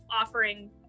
offering